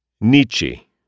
Nietzsche